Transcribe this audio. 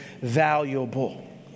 valuable